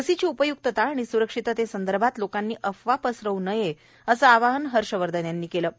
लसीची उपय्क्तता आणि स्रक्षिततेसंदर्भात लोकांनी अफवा परसवू नये असं आवाहन हर्षवर्धन यांनी केलं आहे